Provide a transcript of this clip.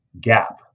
Gap